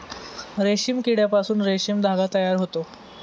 रेशीम किड्यापासून रेशीम धागा तयार होतो